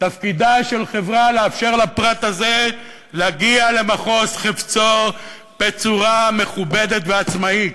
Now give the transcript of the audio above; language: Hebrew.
תפקידה של חברה לאפשר לפרט הזה להגיע למחוז חפצו בצורה מכובדת ועצמאית,